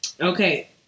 Okay